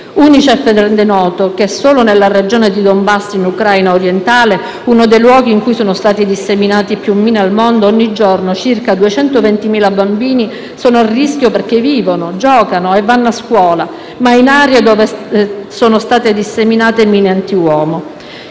rende noto che solo nella Regione del Donbass, in Ucraina orientale, uno dei luoghi in cui sono state disseminate più mine al mondo, ogni giorno circa 220.000 bambini sono a rischio perché vivono, giocano e vanno a scuola in aree dove sono state disseminate mine antiuomo.